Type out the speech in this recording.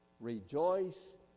rejoice